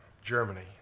Germany